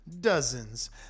dozens